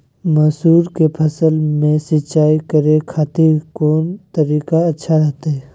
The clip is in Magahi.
मसूर के फसल में सिंचाई करे खातिर कौन तरीका अच्छा रहतय?